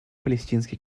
палестинский